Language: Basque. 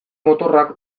motorrak